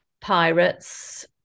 pirates